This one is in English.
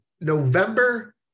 November